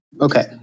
Okay